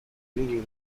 bringing